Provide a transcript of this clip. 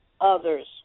others